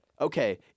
okay